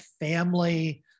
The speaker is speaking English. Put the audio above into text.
family